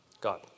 God